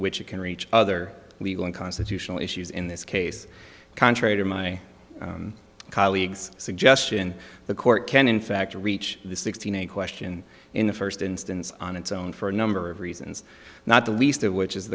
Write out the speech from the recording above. which it can reach other legal and constitutional issues in this case contrary to my colleagues suggestion the court can in fact reach the sixteen a question in the first instance on its own for a number of reasons not the least of which is